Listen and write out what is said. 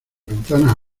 ventanas